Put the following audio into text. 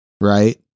Right